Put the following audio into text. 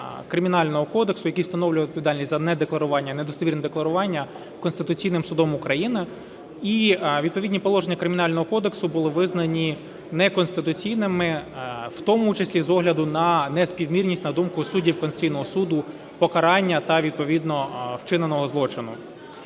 Кримінального кодексу, який встановлює відповідальність за недекларування, недостовірне декларування Конституційним Судом України, і відповідні положення Кримінального кодексу були визнані неконституційними, в тому числі з огляду на неспівмірність, на думку суддів Конституційного Суду, покарання та відповідно вчиненого злочину.